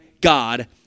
God